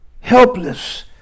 helpless